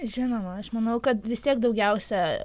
žinoma aš manau kad vis tiek daugiausia